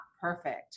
perfect